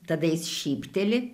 tada jis šypteli